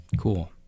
Cool